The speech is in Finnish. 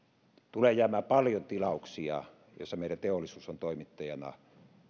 tulee jäämään paljon tilauksia joissa meidän teollisuus on toimittajana